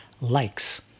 likes